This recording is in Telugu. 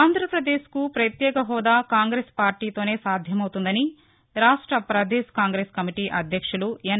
ఆంధ్రప్రదేశ్కు పత్యేక హోదా కాంగ్రెస్ పార్టీతోనే సాధ్యమౌతుందని రాష్ట పదేశ్ కాంగ్రెస్ కమిటీ అధ్యక్షులు ఎన్